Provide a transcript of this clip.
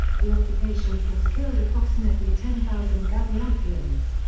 the occupation force killed approximately ten thousand guadeloupeans.